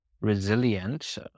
resilient